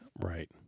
Right